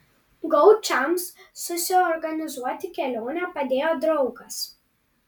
gaučams susiorganizuoti kelionę padėjo draugas